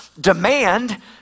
demand